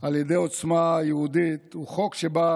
על ידי עוצמה יהודית היא שהוא חוק שבא